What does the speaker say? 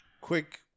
Quick